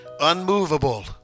unmovable